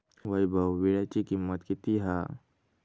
वैभव वीळ्याची किंमत किती हा?